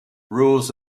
rules